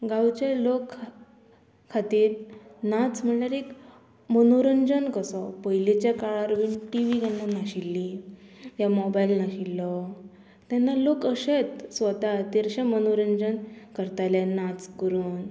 गांवचे लोक खातीर नाच म्हणल्यार एक मनोरंजन कसो पयलींच्या काळार बीन टिवी केन्ना नाशिल्ली या मोबायल नाशिल्लो तेन्ना लोक अशेंत स्वता खातीर अशें मनोरंजन करताले नाच करून